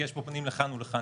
כי יש פה פנים לכאן או לכאן,